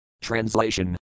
Translation